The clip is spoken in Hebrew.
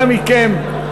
אנא מכם,